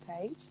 page